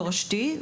תורשתי,